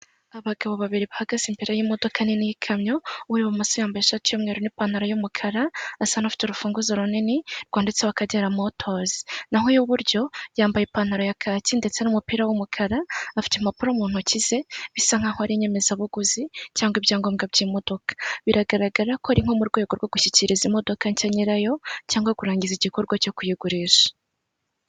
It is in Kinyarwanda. Abagabo babiri bahagaze imbere y'imodoka nini n'ikamyo uri ibumoso yambaye ishati y'umweru n'ipantaro y'umukara, afite urufunguzo runini rwanditse akagera motozi nayo y'ububuru yambaye ipantaro ya kacyi ndetse n'umupira w'umukara ,afite impapuro mu ntoki ze bisa nkaho ari inyemezabuguzi cyangwa ibyangombwa by'imodoka bigaragaza ko ari nko mu rwego rwo gushyikiriza imodoka nshya nyirayo cyangwa kurangiza igikorwa cyo kuyigurisha.